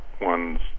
one's